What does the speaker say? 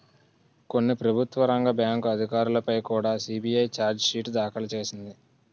కొన్ని ప్రభుత్వ రంగ బ్యాంకు అధికారులపై కుడా సి.బి.ఐ చార్జి షీటు దాఖలు చేసింది